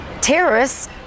terrorists